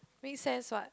make sense what